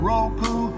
Roku